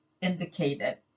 indicated